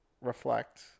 reflect